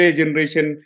generation